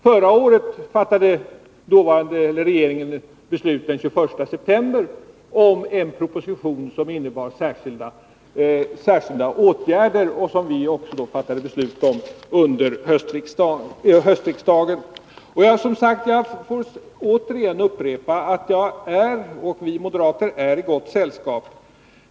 Den 21 september förra året fattade regeringen beslut om en proposition som innebar särskilda åtgärder, och riksdagen fattade beslut under hösten. Jag upprepar: Vi moderater är i gott sällskap.